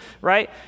right